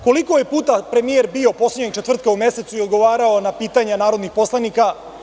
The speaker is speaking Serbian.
Koliko je puta premijer bio poslednjeg četvrtka u mesecu i odgovarao na pitanja narodnih poslanika?